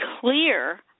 clear